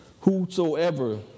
whosoever